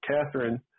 Catherine